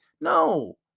No